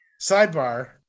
sidebar